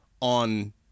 on